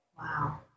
Wow